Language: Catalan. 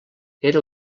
era